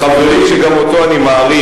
בכל הכבוד, חברי, שגם אותו אני מעריך,